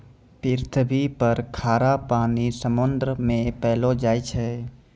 पृथ्वी पर खारा पानी समुन्द्र मे पैलो जाय छै